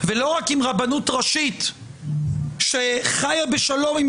ולא רק עם רבנות ראשית שחיה בשלום עם